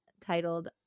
titled